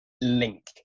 link